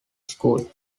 school